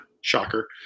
Shocker